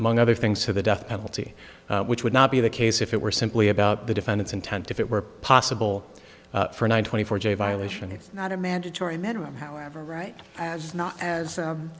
among other things to the death penalty which would not be the case if it were simply about the defendant's intent if it were possible for one twenty four j violation it's not a mandatory minimum however right not as